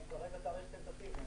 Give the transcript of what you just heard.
הוא כרגע תאריך טנטטיבי.